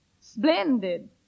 Splendid